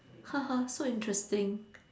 haha so interesting